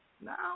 Now